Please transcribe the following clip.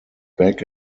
back